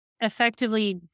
effectively